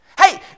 Hey